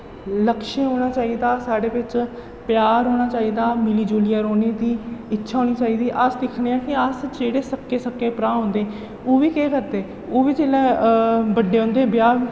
लक्ष्य होना चाहिदा साढ़े बिच्च प्यार होना चाहिदा मिली जुलियै रौह्ने दी इच्छा होनी चाहिदी अस दिक्खने आं कि अस जेह्ड़े सक्के सक्के भ्राऽ होंदे ओह् बी केह् करदे ओह् बी जिसलै बड्डे होंदे ब्याह्